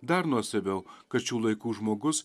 dar nuostabiau kad šių laikų žmogus